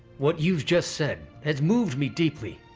what you've just said has moved me deeply.